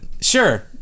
Sure